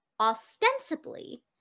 Ostensibly